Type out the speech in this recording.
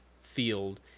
field